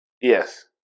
Yes